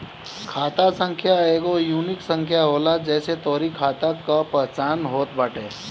खाता संख्या एगो यूनिक संख्या होला जेसे तोहरी खाता कअ पहचान होत बाटे